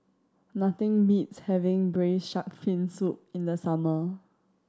nothing beats having braise shark fin soup in the summer